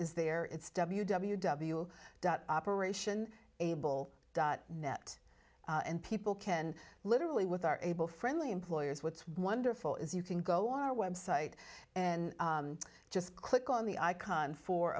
is there it's w w w operation able dot net and people can literally with are able friendly employers what's wonderful is you can go on our website and just click on the icon for